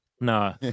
no